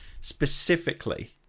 specifically